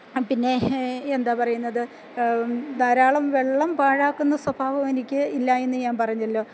പിന്നെ എന്താ പറയുന്നത് ധാരാളം വെള്ളം പാഴാക്കുന്ന സ്വഭാവം എനിക്ക് ഇല്ല എന്നു ഞാൻ പറഞ്ഞല്ലോ